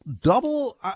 double